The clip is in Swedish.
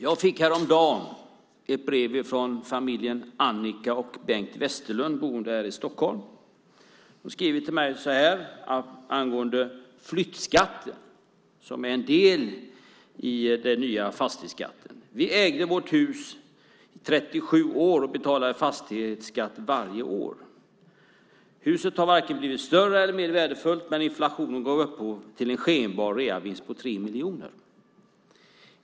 Jag fick häromdagen ett brev från familjen Annika och Bengt Westerlund boende här i Stockholm. De skriver till mig angående flyttskatten som är en del i den nya fastighetsskatten: Vi ägde vårt hus i 37 år och betalade fastighetsskatt varje år. Huset har varken blivit större eller mer värdefullt, men inflationen gav upphov till en skenbar reavinst på 3 miljoner.